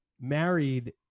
married